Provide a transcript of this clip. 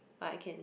I can